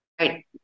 Right